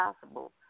possible